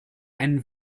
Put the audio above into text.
einen